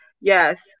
yes